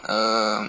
err